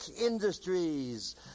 industries